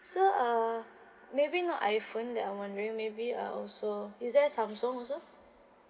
so uh maybe not iPhone that I'm wondering maybe uh also is there Samsung also